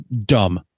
dumb